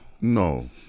No